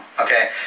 okay